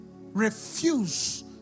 Refuse